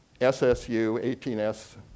SSU-18s